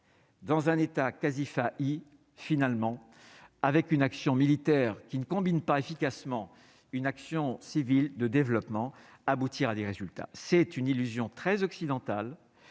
dans un état quasi faillite finalement avec une action militaire qui ne combine pas efficacement une action civile de développement aboutir à des résultats, c'est une illusion très occidentale